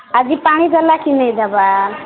ଆଜି ପାଣି ଗଲା କି ନାଇ ଦବା